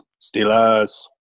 Steelers